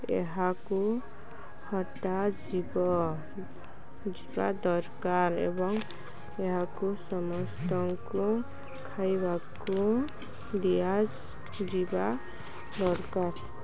ଏହାକୁ ହଟାଯିବ ଯିବା ଦରକାର ଏବଂ ଏହାକୁ ସମସ୍ତଙ୍କୁ ଖାଇବାକୁ ଦିଆ ଯିବା ଦରକାର